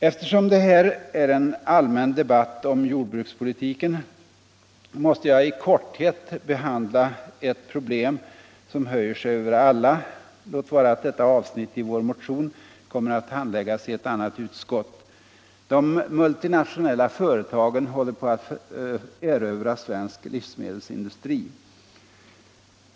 Eftersom det här är en allmän debatt om jordbrukspolitiken måste jag i korthet också behandla ett problem som höjer sig över alla, låt vara att detta avsnitt i vår motion kommer att handläggas i ett annat utskott: De multinationella företagen håller på att erövra svensk livsmedelsindustri.